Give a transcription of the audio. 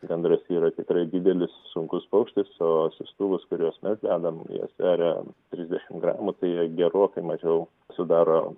gandras yra tikrai didelis sunkus paukštis o siųstuvus kuriuos mes dedam jie sveria trisdešim gramų tai jie gerokai mažiau sudaro